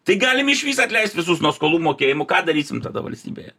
tai galim išvis atleist visus nuo skolų mokėjimų ką darysim tada valstybėje